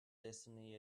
destiny